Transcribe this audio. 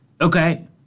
Okay